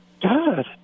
God